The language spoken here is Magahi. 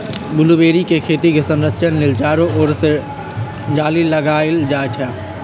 ब्लूबेरी के खेती के संरक्षण लेल चारो ओर से जाली लगाएल जाइ छै